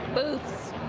booths.